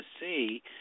see